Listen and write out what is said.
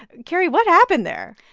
carrie, what happened there?